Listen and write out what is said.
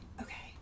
okay